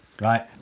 Right